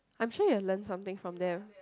I am sure you have learned something from there